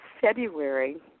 February